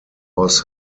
was